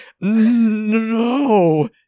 no